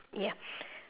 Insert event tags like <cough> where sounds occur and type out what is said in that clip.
ya <breath>